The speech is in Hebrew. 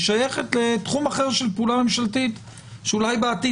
היא שייכת לתחום אחר של פעולה ממשלתית שאולי בעתיד